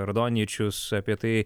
radonyčius apie tai